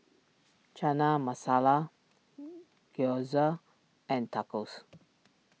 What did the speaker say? Chana Masala Gyoza and Tacos